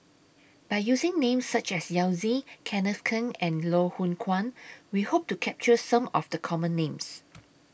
By using Names such as Yao Zi Kenneth Keng and Loh Hoong Kwan We Hope to capture Some of The Common Names